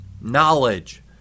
Knowledge